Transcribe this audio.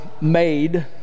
made